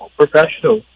professional